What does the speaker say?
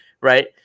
Right